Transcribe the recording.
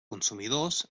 consumidors